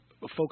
folks